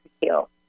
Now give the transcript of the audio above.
heal